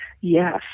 Yes